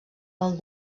del